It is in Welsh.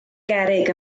gerrig